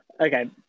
okay